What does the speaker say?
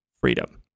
freedom